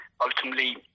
ultimately